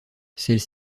celle